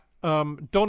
Don